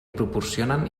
proporcionen